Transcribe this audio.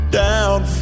down